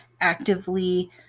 actively